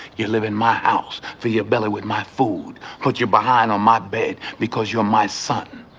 you live in my house, fill your belly with my food, put your behind on my bed, because you're my son.